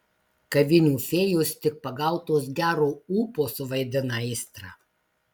kavinių fėjos tik pagautos gero ūpo suvaidina aistrą